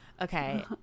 Okay